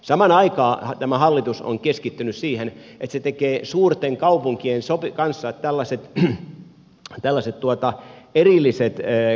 samaan aikaan tämä hallitus on keskittynyt siihen että se tekee suurten kaupunkien kanssa tällaiset erilliset kasvusopimukset